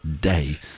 day